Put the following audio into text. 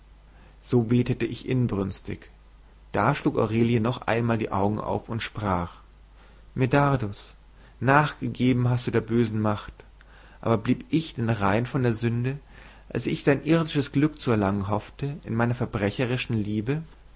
so betete ich inbrünstig da schlug aurelie noch einmal die augen auf und sprach medardus nachgegeben hast du der bösen macht aber blieb ich denn rein von der sünde als ich irdisches glück zu erlangen hoffte in meiner verbrecherischen liebe